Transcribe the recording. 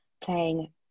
playing